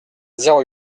zéro